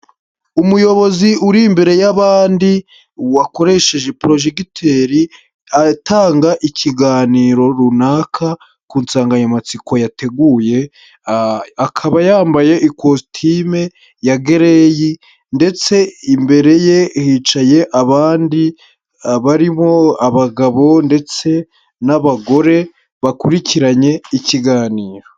Umuyobozi uri imbere y'abandi wakoresheje projigiteri, atanga ikiganiro runaka ku nsanganyamatsiko yateguye, akaba yambaye ikositime ya gereyi ndetse imbere ye hicaye abandi baririmo abagabo ndetse n'abagore bakurikiranye ikiganiro.